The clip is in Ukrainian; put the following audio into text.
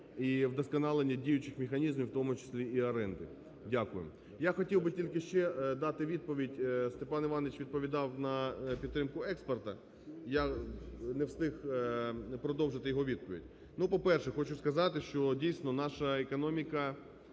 і вдосконалення діючих механізмів, в тому числі і оренди. Дякую. Я хотів би тільки ще дати відповідь. Степан Іванович відповідав на підтримку експорту. Я не встиг продовжити його відповідь. Ну, по-перше, хочу сказати, що, дійсно, наша економіка